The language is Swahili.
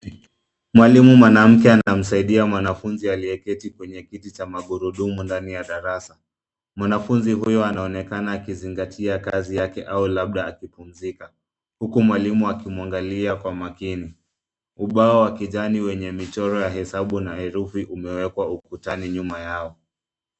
Mwalimu mwanamke anamsaidia mwanafunzi aliyeketi kwenye kiti cha magurudumu ndani ya darasa. Mwanafunzi huyo anaonekana akizingatia kazi yake au labda akipumzika huku mwalimu akimuangalia kwa makini. Ubao wa kijani wenye michoro ya hesabu na herufi umewekwa ukutani nyuma yao.